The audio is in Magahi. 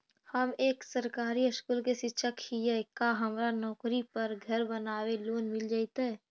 हम एक सरकारी स्कूल में शिक्षक हियै का हमरा नौकरी पर घर बनाबे लोन मिल जितै?